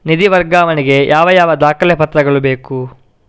ನಿಧಿ ವರ್ಗಾವಣೆ ಗೆ ಯಾವ ಯಾವ ದಾಖಲೆ ಪತ್ರಗಳು ಬೇಕು?